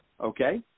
Okay